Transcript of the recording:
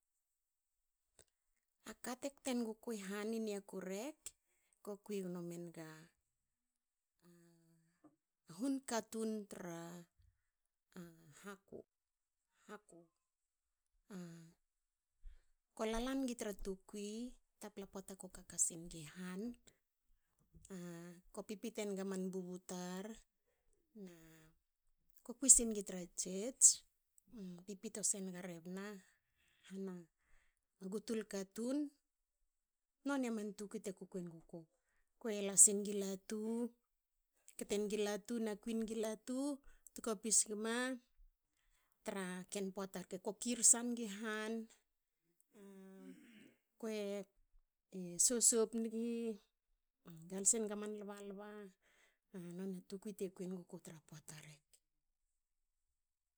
A kate kte nuguku i han i niaku ko kui gno menga hun katun tra haku. Haku ko lala ngi tra tukui. tapla poata ko kaka singi han. Ko pipite naga man bubu tar na ko kui singi tra tsets. pipito senga rebna hana gutul katun. noni a man tukui te kui enugku. Kue la singi latu. kte nigi latu na kui nigi latu tkopis gma tra ken poata rke. ko kirsa ngi han. Akue sosop ngi. galsi enga man lbalba. A noni a man tkui te kui enguku tra man poata rke